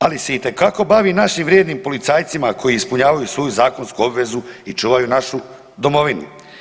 Ali se itekako bavi našim vrijednim policajcima koji ispunjavaju svoju zakonsku obvezu i čuvaju našu domovinu.